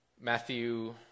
Matthew